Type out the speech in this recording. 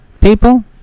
people